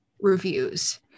reviews